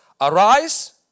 Arise